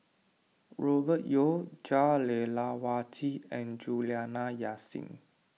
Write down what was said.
Robert Yeo Jah Lelawati and Juliana Yasin